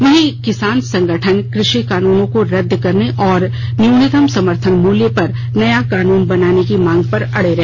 वहीं किसान संगठन कृशि कानूनों को रद्द करने और न्यूनतम समर्थन मूल्य पर नया कानून बनाने की मांग पर अड़े रहे